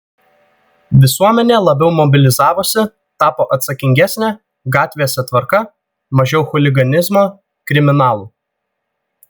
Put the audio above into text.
visuomenė labiau mobilizavosi tapo atsakingesnė gatvėse tvarka mažiau chuliganizmo kriminalų